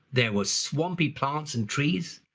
there were swampy plants and trees.